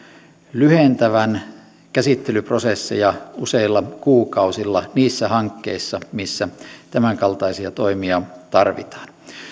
lyhentävän käsittelyprosesseja useilla kuukausilla niissä hankkeissa missä tämänkaltaisia toimia tarvitaan